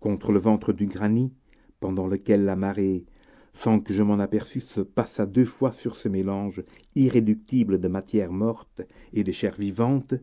contre le ventre du granit pendant lequel la marée sans que je m'en aperçusse passa deux fois sur ce mélange irréductible de matière morte et de chair vivante